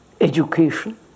education